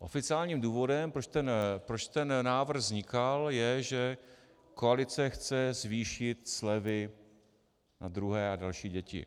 Oficiálním důvodem proč tento návrh vznikal, je, že koalice chce zvýšit slevy na druhé a další děti.